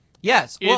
Yes